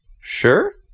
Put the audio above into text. sure